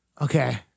Okay